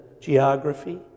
geography